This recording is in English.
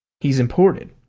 he's imported.